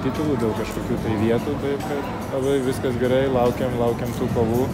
titulų dėl kažkokių tai vietų tai labai viskas gerai laukiam laukiam tų kovų